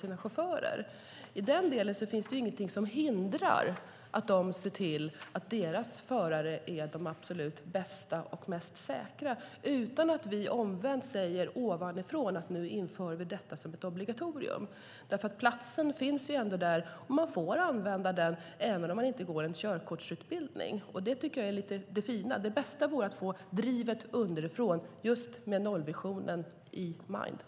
I den delen finns det inget som hindrar att de ser till att deras förare är de absolut bästa och mest säkra, utan att vi omvänt säger ovanifrån att vi ska införa detta som ett obligatorium. Platsen finns ändå där, och man får använda den även om man inte går en körkortsutbildning. Det tycker jag är det fina. Det bästa vore att få drivet underifrån just med nollvisionen i åtanke.